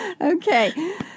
Okay